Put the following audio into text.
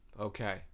okay